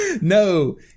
no